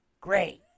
Great